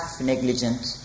negligent